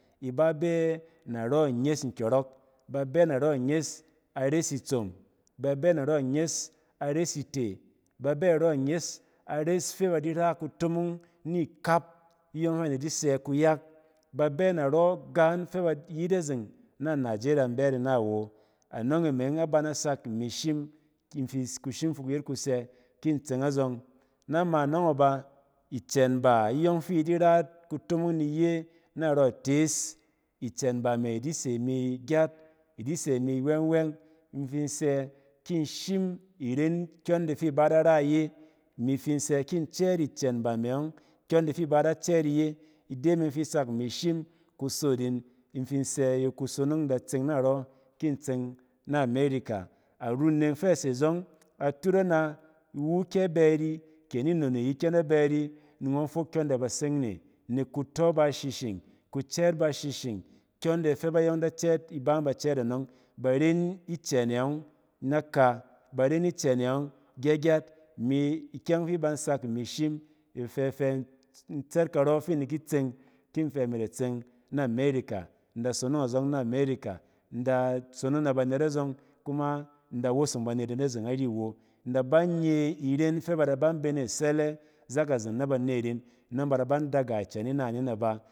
Iba ba narɔ inyes nkyɔrɔk, ba ba narɔ inyes ares itsom, babe narɔ inyes are site, baba narɔ inyes ares fɛ ba di ras kutomong ikap, iyɔng fɛ ba di ki sɛ kuyak, ba bɛ narɔ gan fi iyi azeng na nijeriya in bɛ yit ina awo, anɔng e yɔng a ban a sak ini kushim fi kuyet kusɛ kin tsɛng azɔng, nama anɔng e ba kan ba iyɔng fi iyit da ra kutomong narɔ ites, kɛn ba me di se ni ayat i di se ini wangwɛng, in si se ki ren iye kyɔnde iba di ra iye, ini fin sɛ ki in cɛɛt kɛn ba me kyɔn de iba di cɛɛt iye ide me yɔng ini shim kusot yin in fi sɛ kusot fi in da tsɛng narɔ kin tsɛng na amerika, aruneng fɛ a se azɔng iwu ke abɛ ari, ke ninon ayi ngɔn kin tsɛng na amerika, aruneng fɛ a se azɔɛng iwu ke abɛ ari, ke ninon ayi ngɔn fok kyɔn da basing ne, nek kutɔ ba shishing, kucɛɛt ba shishin kyɔn de bayɔng di cɛɛt iba yɔng ba cɛɛt anɔng baren kɛɛt e yɔng naka baren ken e yɔng gyagyat, ikyɛng fi ibang sak ba fɛ fɛ in tsɛt karɔ fi in di ki tseng ki in fɛ ini da tseng na amerika in da sonong azɔng na amerika, in da sonong ne banet azɔng na amenik, in da sonong ne banet azɔng, in da wosong banet yin azeng ari awa, in da bang nye iren fɛ ba dang bɛ ne a sete nɔng ba da bang daga kɛn inaning ba.